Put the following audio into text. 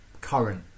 current